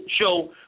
show